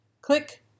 Click